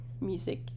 music